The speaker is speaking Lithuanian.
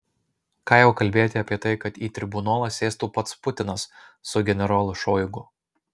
ką jau kalbėti apie tai kad į tribunolą sėstų pats putinas su generolu šoigu